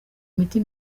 imiti